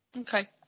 Okay